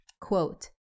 Quote